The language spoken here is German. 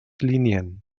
linien